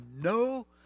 no